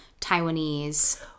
Taiwanese